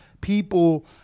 people